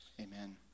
amen